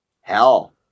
hell